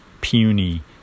puny